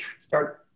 start